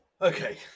okay